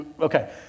Okay